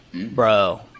bro